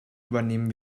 übernehmen